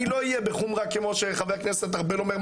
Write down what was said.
אני לא אהיה בחומרה כמו שחבר הכנסת ארבל אומר,